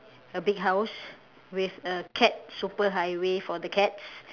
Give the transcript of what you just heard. a big house with a cat super highway for the cats